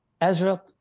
Ezra